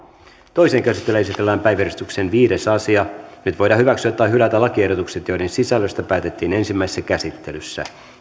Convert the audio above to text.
toiseen käsittelyyn esitellään päiväjärjestyksen viides asia nyt voidaan hyväksyä tai hylätä lakiehdotukset joiden sisällöstä päätettiin ensimmäisessä käsittelyssä